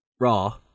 Raw